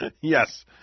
Yes